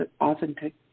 authentic